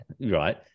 right